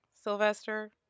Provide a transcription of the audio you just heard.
Sylvester